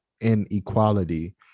inequality